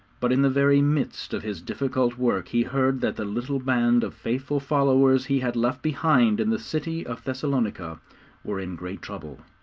but in the very midst of his difficult work he heard that the little band of faithful followers he had left behind in the city of thessalonica were in great trouble.